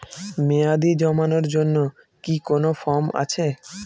মেয়াদী জমানোর জন্য কি কোন ফর্ম আছে?